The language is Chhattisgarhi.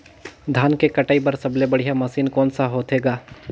धान के कटाई बर सबले बढ़िया मशीन कोन सा होथे ग?